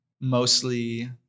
mostly